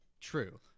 True